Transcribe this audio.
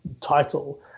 title